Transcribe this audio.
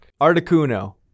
Articuno